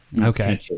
Okay